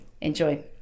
Enjoy